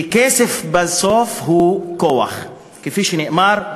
כי כסף בסוף הוא כוח, כפי שנאמר: